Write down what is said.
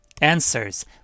Answers